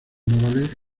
navales